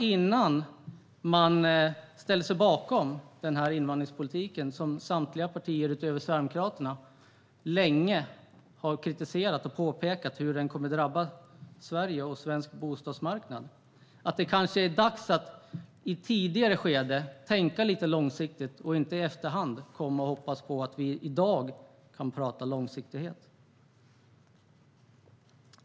Innan man ställer sig bakom den invandringspolitik som samtliga partier förutom Sverigedemokraterna länge har kritiserat och påpekat hur den kommer att drabba Sverige och svensk bostadsmarknad är det kanske dags att i ett tidigare skede tänka lite långsiktigt och inte i efterhand komma och hoppas på att vi i dag kan tala om långsiktighet.